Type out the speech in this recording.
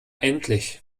endlich